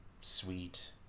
sweet